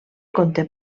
conté